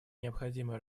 необходимо